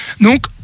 donc